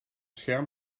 scherm